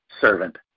servant